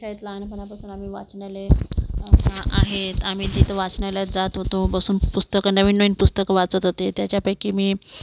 आमच्या शाळेत लहानंपणापासून आम्ही वाचनालय आहेत आम्ही तिथे वाचनालयात जात होतो बसून पुस्तकं नवीन नवीन पुस्तकं वाचत होते त्याच्यापैकी मी